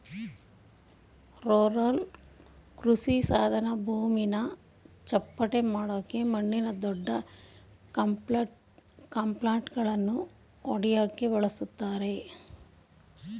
roller ಕೃಷಿಸಾಧನ ಭೂಮಿನ ಚಪ್ಪಟೆಮಾಡಕೆ ಮಣ್ಣಿನ ದೊಡ್ಡಕ್ಲಂಪ್ಗಳನ್ನ ಒಡ್ಯಕೆ ಬಳುಸ್ತರೆ